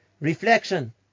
Reflection